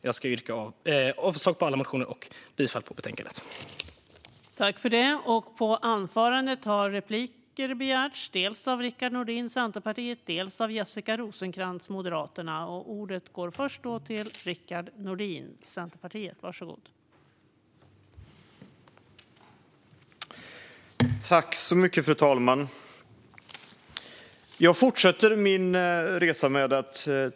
Jag yrkar avslag på alla motioner och bifall till utskottets förslag.